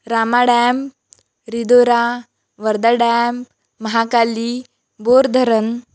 Rama dam Ridora Wardha dam Mahakali Bordharan